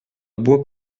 bois